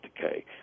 decay